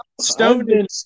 stoned